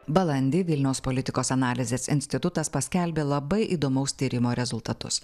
balandį vilniaus politikos analizės institutas paskelbė labai įdomaus tyrimo rezultatus